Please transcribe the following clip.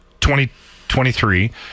2023